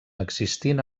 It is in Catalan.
existint